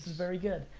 very good.